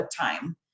time